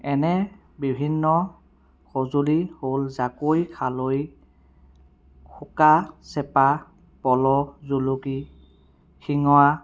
এনে বিভিন্ন সঁজুলি হ'ল জাকৈ খালৈ সোকা চেপা পলহ জুলুকি শিঙৰা